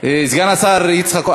סגן השר יצחק כהן,